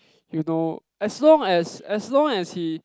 you know as long as as long as he